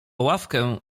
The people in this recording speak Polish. ławkę